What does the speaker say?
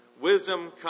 wisdom